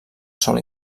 sòl